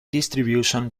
distribution